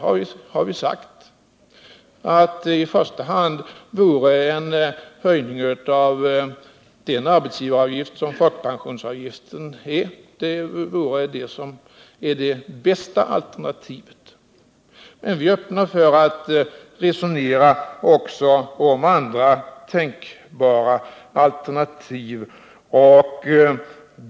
Jag har sagt att det bästa alternativet vore en höjning av den arbetsgivaravgift som folkpensionsavgiften utgör. Vi är emellertid öppna för att resonera också om andra tänkbara alternativ.